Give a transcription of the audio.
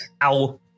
Ow